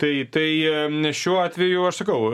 tai tai šiuo atveju aš sakau